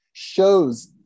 shows